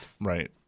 Right